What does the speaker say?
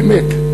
באמת,